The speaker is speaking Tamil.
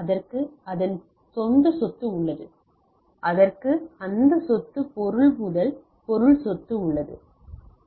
அதற்கு அதன் சொந்த சொத்து உள்ளது அதற்கு அதன் சொந்த பொருள்முதல் பொருள் சொத்து உள்ளது